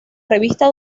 revista